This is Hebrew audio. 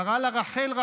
קרא לה: רחל,